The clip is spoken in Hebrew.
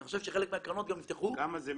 אני חושב שחלק מהקרנות נפתחו --- כמה זה,